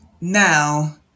now